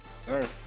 Sir